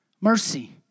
Mercy